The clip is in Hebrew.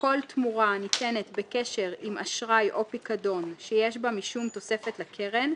"כל תמורה הניתנת בקשר עם אשראי או פיקדון שיש בה משום תוספת לקרן,